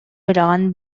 быраҕан